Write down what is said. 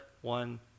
one